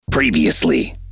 previously